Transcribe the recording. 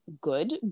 good